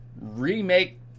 Remake